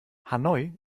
hanoi